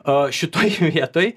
a šitoj vietoj